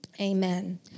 Amen